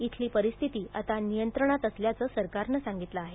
इथली परिस्थिती आता नियंत्रणात असल्याचं सरकारनं सांगितलं आहे